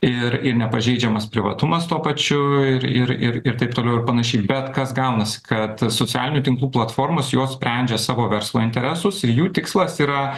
ir ir nepažeidžiamas privatumas tuo pačiu ir ir ir ir taip toliau ir panašiai bet kas gaunasi kad socialinių tinklų platformos jos sprendžia savo verslo interesus ir jų tikslas yra